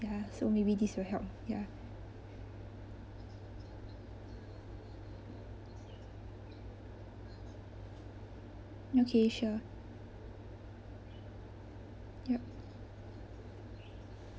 ya so maybe this will help ya okay sure yup